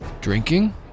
drinking